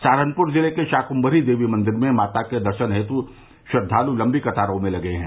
सहारनपुर जिले के शाकुम्भरीधाम मंदिर में माता के दर्शन हेतु श्रद्वालु लम्बी कतारों में लगे हैं